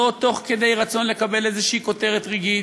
לא תוך כדי רצון לקבל איזו כותרת רגעית,